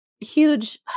huge